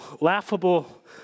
laughable